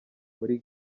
muri